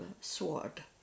sword